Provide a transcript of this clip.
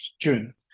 June